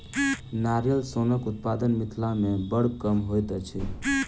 नारियल सोनक उत्पादन मिथिला मे बड़ कम होइत अछि